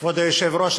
כבוד היושב-ראש,